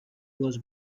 was